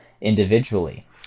individually